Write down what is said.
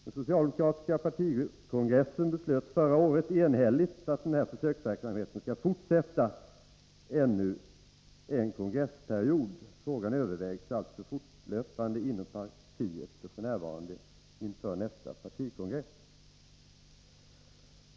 Den socialdemokratiska partikongressen beslöt förra året enhälligt att den här försöksverksamheten skall fortsätta ännu en kongressperiod. Frågan övervägs alltså fortlöpande inom partiet inför nästa partikongress.